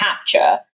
capture